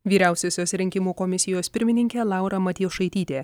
vyriausiosios rinkimų komisijos pirmininkė laura matjošaitytė